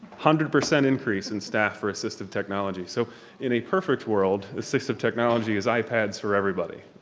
hundred percent increase in staff for assistive technology. so in a perfect world, assistive technology is ipads for everybody.